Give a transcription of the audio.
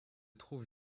trouve